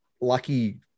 lucky